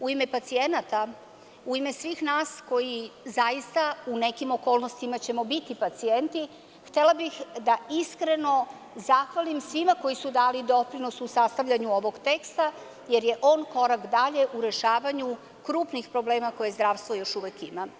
U ime pacijenata, u ime svih nas koji, u nekim okolnostima ćemo biti pacijenti, htela bih da iskreno zahvalim svima koji su dali doprinos u sastavljanju ovog teksta, jer je on korak dalje u rešavanju krupnih problema koje zdravstvo još uvek ima.